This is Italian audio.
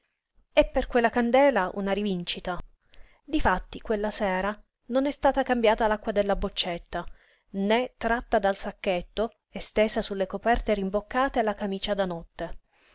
è per quella candela una rivincita difatti quella sera non è stata cambiata l'acqua della boccetta né tratto dal sacchetto e stesa sulle coperte rimboccate la camicia da notte